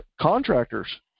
contractors